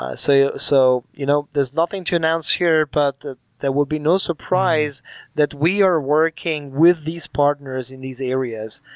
ah so yeah so you know there's nothing to announce here, but there will be no surprise that we are working with these partners in these areas.